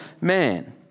man